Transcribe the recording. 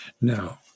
Now